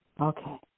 Okay